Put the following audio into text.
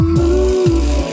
move